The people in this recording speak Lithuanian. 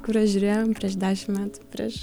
kuriuos žiūrėjom prieš dešim prieš